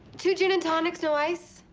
two gin and tonics, no ice.